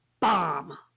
bomb